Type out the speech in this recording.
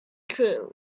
true